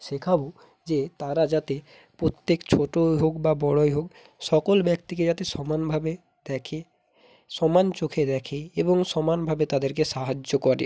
শেখাব যে তারা যাতে প্রত্যেক ছোট হোক বা বড় হোক সকল ব্যক্তিকে যাতে সমানভাবে দেখে সমান চোখে দেখে এবং সমানভাবে তাদেরকে সাহায্য করে